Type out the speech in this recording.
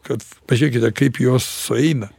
kad pažiūrėkite kaip jos sueina